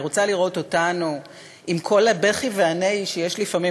אני רוצה לראות אותנו עם כל הבכי והנהי שיש לפעמים